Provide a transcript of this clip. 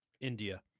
India